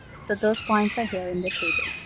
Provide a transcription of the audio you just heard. so those points are here in the table.